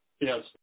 Yes